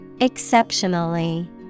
Exceptionally